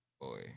Boy